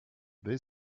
there